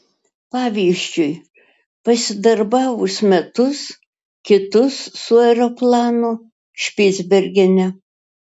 pavyzdžiui pasidarbavus metus kitus su aeroplanu špicbergene